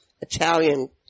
Italian